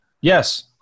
Yes